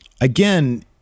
again